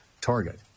target